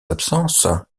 absences